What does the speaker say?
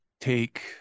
take